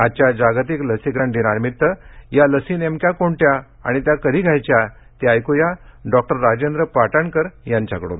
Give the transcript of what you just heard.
आजच्या जागतिक लसीकरण दिनानिमित्त या लशी नेमक्या कोणत्या आणि त्या कधी घ्यायच्या ते ऐक्या डॉक्टर राजेंद्र पाटणकर यांच्याकडून